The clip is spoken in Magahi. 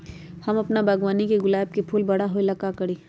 हम अपना बागवानी के गुलाब के फूल बारा होय ला का करी?